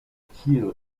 kiel